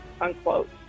unquote